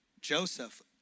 Joseph